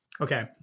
Okay